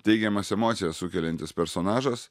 teigiamas emocijas sukeliantis personažas